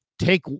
Take